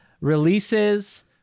releases